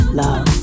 love